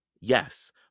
yes